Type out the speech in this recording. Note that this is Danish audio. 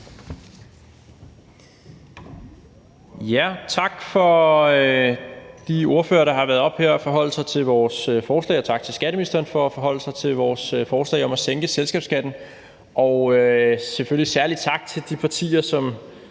Tak til de ordførere, der har været heroppe og forholde sig til vores forslag, og tak til skatteministeren for at forholde sig til vores forslag om at sænke selskabsskatten, og selvfølgelig en særlig tak til de partier, som